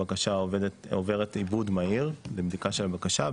הבקשה עוברת עיבוד מהיר לבדיקה של הבקשה,